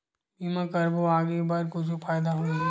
बीमा करबो आगे बर कुछु फ़ायदा होही?